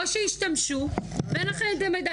או שהשתמשו ואין לכם את המידע.